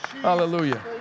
Hallelujah